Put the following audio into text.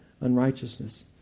unrighteousness